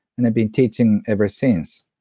and i've been teaching ever since.